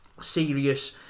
serious